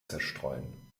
zerstreuen